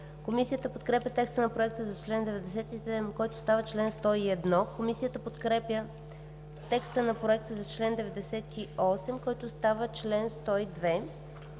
Комисията подкрепя текста на Проекта за чл. 97, който става чл. 101. Комисията подкрепя текста на Проекта за чл. 98, който става чл. 102.